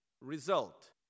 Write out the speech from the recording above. result